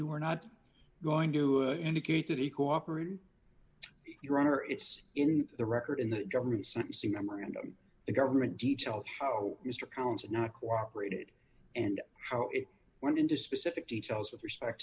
you were not going to indicate that he cooperated your honor it's in the record in the government some c memorandum the government details how mr counsel not cooperated and how it went into specific details with respect